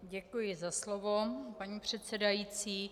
Děkuji za slovo, paní předsedající.